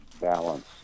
balance